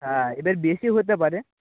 হ্যাঁ এবার বেশি হতে পারে